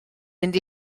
mynd